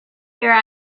here